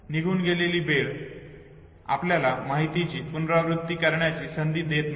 निघून गेलेली वेळ आपल्याला माहितीची पुनरावृत्ती करण्याची संधी देत नाही